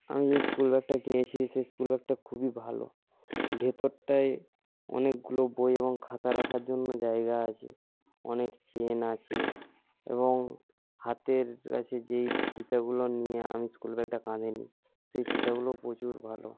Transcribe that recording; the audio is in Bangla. আমি যে স্কুলব্যাগটা কিনেছি সেই স্কুলব্যাগটা খুবই ভালো ভেতরটায় অনেকগুলো বই এবং খাতা রাখার জন্য জায়গা আছে অনেক চেন আছে এবং হাতের কাছে যেই ফিতাগুলো নিয়ে আমি স্কুলব্যাগটা কাঁধে নিই সেই ফিতাগুলোও প্রচুর ভালো